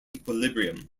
equilibrium